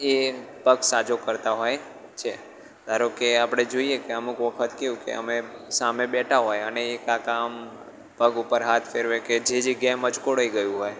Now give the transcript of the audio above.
એ પગ સાજો કરતા હોય છે ધારો કે આપણે જોઈએ કે અમુક વખત કેવું કે અમે સામે બેઠા હોય અને એ કાકા આમ પગ ઉપર હાથ ફેરવે કે જે જગ્યાએ મચકોડાઈ ગયું હોય